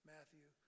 Matthew